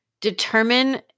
determine